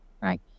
Right